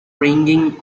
bringing